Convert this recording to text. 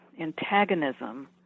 antagonism